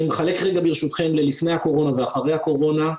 אני מחלק רגע ברשותכם ללפני הקורונה ואחרי הקורונה.